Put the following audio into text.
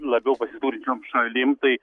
labiau pasiturinčiom šalim tai